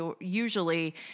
usually